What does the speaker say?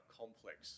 complex